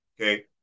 okay